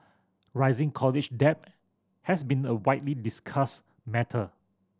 rising college debt has been a widely discussed matter